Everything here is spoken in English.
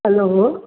hello